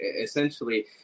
essentially